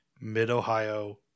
Mid-Ohio